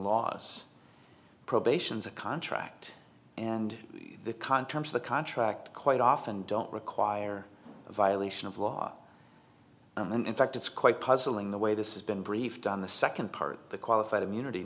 laws probations a contract and the contents of the contract quite often don't require a violation of law and when in fact it's quite puzzling the way this has been briefed on the second part of the qualified immunity